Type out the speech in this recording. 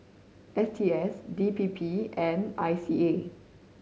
S T S D P P and I C A